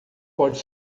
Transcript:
pode